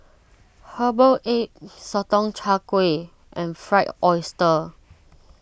Herbal Egg Sotong Char Kway and Fried Oyster